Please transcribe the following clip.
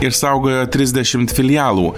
išsaugojo trisdešimt filialų